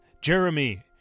Jeremy